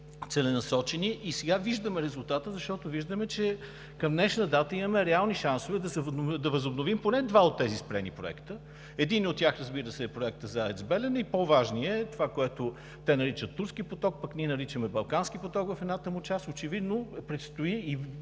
целенасочени и сега виждаме резултата, защото към днешна дата имаме реални шансове да възобновим поне два от тези спрени проекта. Единият от тях, разбира се, е проектът за АЕЦ „Белене“ и по-важният е това, което те наричат турски поток, пък ние наричаме балкански поток в едната му част. Очевидно предстои и